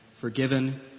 Forgiven